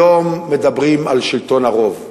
היום מדברים על שלטון הרוב.